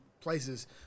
places